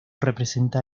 representa